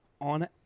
On